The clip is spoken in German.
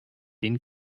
den